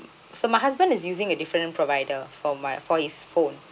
so my husband is using the different provider for my for his phone